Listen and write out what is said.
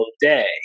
day